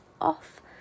off